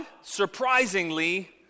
surprisingly